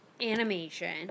animation